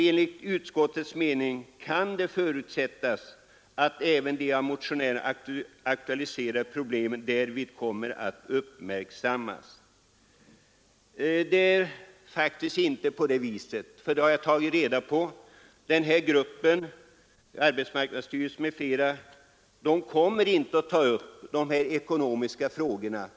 Enligt utskottets mening kan det förutsättas att även de av motionä Ng rerna aktualiserade problemen därvid kommer att uppmärksammas.” Jag har tagit reda på att det faktiskt inte ligger till på det viset. Den här gruppen från arbetsmarknadsstyrelsen m.fl. kommer inte att ta upp de ekonomiska frågorna.